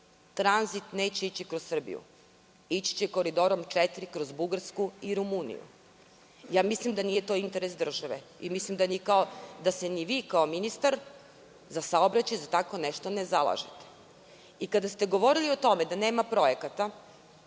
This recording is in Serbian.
tranzit neće ići kroz Srbiju, ići će Koridorom 4 kroz Bugarsku i Rumuniju. Mislim da to nije interes države i mislim da se ni vi, kao ministar za saobraćaj, za tako nešto ne zalažete. Kada ste govorili o tome da nema projekata